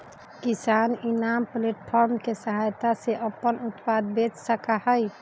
किसान इनाम प्लेटफार्म के सहायता से अपन उत्पाद बेच सका हई